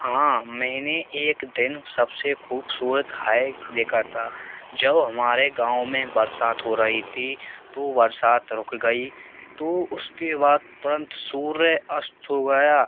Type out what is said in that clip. हाँ मैंने एक दिन सबसे खूबसुरत हाइक देखा था जब हमारे गाँव में बरसात हो रही थी तो बरसात रुक गई तो उसके बाद तुरंत सूर्य अस्त हो गया